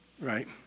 Right